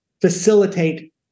facilitate